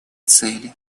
цели